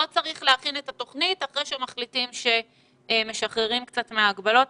לא צריך להכין את התכנית אחרי שמחליטים שמשחררים קצת מההגבלות.